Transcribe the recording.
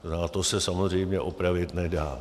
A to se samozřejmě opravit nedá.